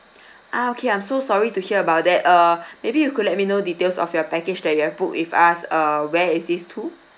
ah okay I'm so sorry to hear about that err maybe you could let me know details of your package that you have booked with us uh where is this to